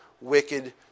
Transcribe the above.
wicked